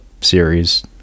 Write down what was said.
series